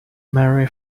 marry